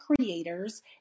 creators